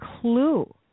clue